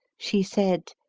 she said,